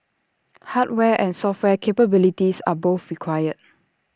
hardware and software capabilities are both required